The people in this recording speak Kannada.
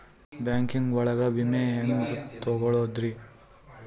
ಬ್ಯಾಂಕಿಂಗ್ ಒಳಗ ವಿಮೆ ಹೆಂಗ್ ತೊಗೊಳೋದ್ರಿ?